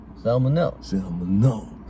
Salmonella